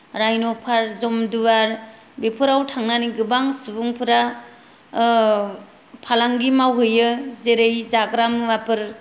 रायन' park जमदुवार बेफोराव थांनानै गोबां सुबुंफोरा फालांगि मावहैयो जेरै जाग्रा मुवाफोर